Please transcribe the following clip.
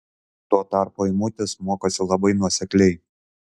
tuo tarpu eimutis mokosi labai nuosekliai